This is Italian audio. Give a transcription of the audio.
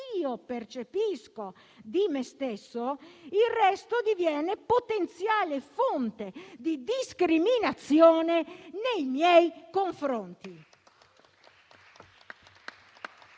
io percepisco di me stesso, il resto diviene potenziale fonte di discriminazione nei miei confronti.